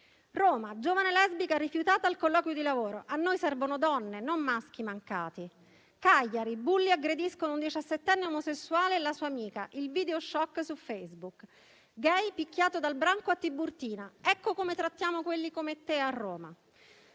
«Roma: giovane lesbica rifiutata al colloquio di lavoro. "A noi servono donne, non maschi mancati"». «Cagliari: bulli aggrediscono diciassettenne omosessuale e la sua amica; il video *choc* su Facebook». «Gay picchiato dal branco a Tiburtina. "Ecco come trattiamo quelli come te a Roma"».